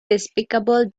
despicable